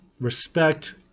respect